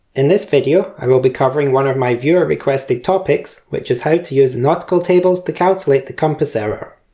in this short video i will be covering one of my viewer requested topics which is how to use nautical tables to calculate the compass error.